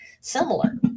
similar